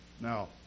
Now